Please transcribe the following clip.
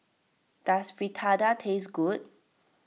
does Fritada taste good